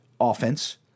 offense